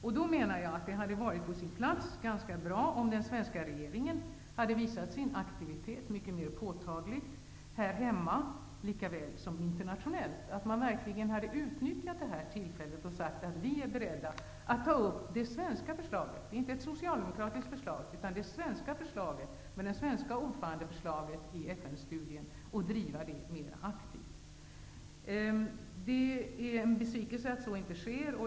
Jag menar därför att det hade varit på sin plats om den svenska regeringen hade visat en mycket mer påtaglig aktivitet här hemma och internationellt, att regeringen verkligen hade utnyttjat detta tillfälle och sagt att den är beredd att ta upp det svenska förslaget, inte ett socialdemokratiskt förslag utan det svenska ordförandeförslaget i FN studien, och driva detta mer aktivt. Det är en besvikelse att så inte sker.